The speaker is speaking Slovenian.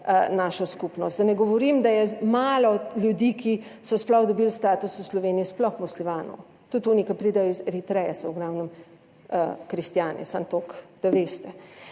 našo skupnost, da ne govorim, da je malo ljudi, ki so sploh dobili status v Sloveniji, sploh muslimanov, tudi oni, ki pridejo iz Eritreje, so v glavnem kristjani, samo toliko, da veste.